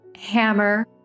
Hammer